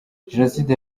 jenoside